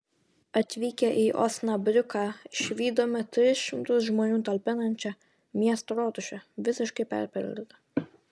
atvykę į osnabriuką išvydome tris šimtus žmonių talpinančią miesto rotušę visiškai perpildytą